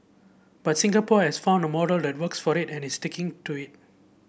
but Singapore has found a model that works for it and is sticking to it